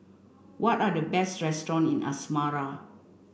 what are the best restaurant in Asmara